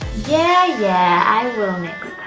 yeah, yeah, i will and